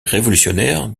révolutionnaires